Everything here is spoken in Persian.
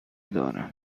دارم